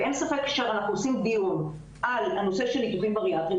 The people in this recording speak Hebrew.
אין ספק שכשאנחנו עושים דיון על הנושא של ביטוחים בריאטריים,